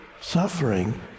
suffering